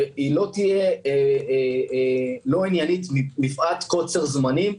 שלא תהיה לא עניינית מפאת קוצר זמנים.